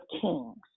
Kings